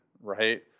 right